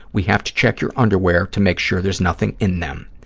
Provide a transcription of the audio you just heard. we have to check your underwear to make sure there's nothing in them.